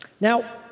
Now